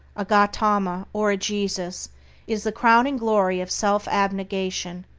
a gautama, or a jesus is the crowning glory of self-abnegation,